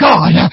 God